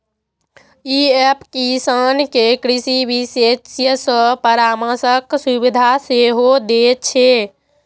ई app किसान कें कृषि विशेषज्ञ सं परामर्शक सुविधा सेहो दै छै